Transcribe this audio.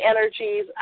energies